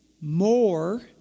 more